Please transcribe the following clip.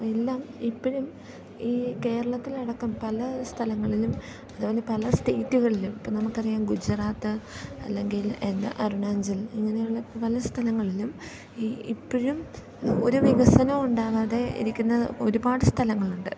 എല്ലാം ഇപ്പോഴും ഈ കേരളത്തിലടക്കം പല സ്ഥലങ്ങളിലും അതുപോലെ പല സ്റ്റേറ്റുകളിലും ഇപ്പോൾ നമുക്കറിയാം ഗുജറാത്ത് അല്ലെങ്കിൽ എന്താ അരുണാചൽ ഇങ്ങനെയുള്ള പല സ്ഥലങ്ങളിലും ഈ ഇപ്പോഴും ഒരു വികസനം ഉണ്ടാവാതെ ഇരിക്കുന്ന ഒരുപാട് സ്ഥലങ്ങളുണ്ട്